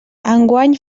enguany